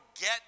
get